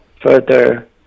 further